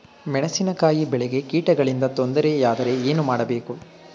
ಮೆಣಸಿನಕಾಯಿ ಬೆಳೆಗೆ ಕೀಟಗಳಿಂದ ತೊಂದರೆ ಯಾದರೆ ಏನು ಮಾಡಬೇಕು?